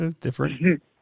Different